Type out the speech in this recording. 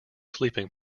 sleeping